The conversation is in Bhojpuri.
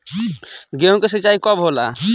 गेहूं के सिंचाई कब होला?